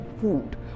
food